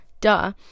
duh